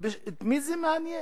את מי זה מעניין?